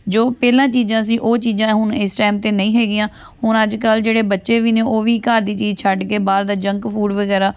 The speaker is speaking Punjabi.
ਜੋ ਪਹਿਲਾਂ ਚੀਜ਼ਾਂ ਸੀ ਉਹ ਚੀਜ਼ਾਂ ਹੁਣ ਇਸ ਟਾਈਮ 'ਤੇ ਨਹੀਂ ਹੈਗੀਆਂ ਹੁਣ ਅੱਜ ਕੱਲ੍ਹ ਜਿਹੜੇ ਬੱਚੇ ਵੀ ਨੇ ਉਹ ਵੀ ਘਰ ਦੀ ਚੀਜ਼ ਛੱਡ ਕੇ ਬਾਹਰ ਜੰਕ ਫੂਡ ਵਗੈਰਾ